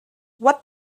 what